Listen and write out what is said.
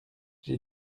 j’ai